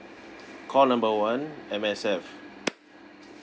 call number one M_S_F